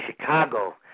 Chicago